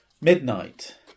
Midnight